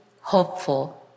hopeful